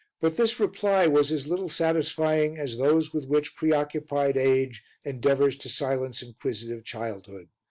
but this reply was as little satisfying as those with which pre-occupied age endeavours to silence inquisitive childhood,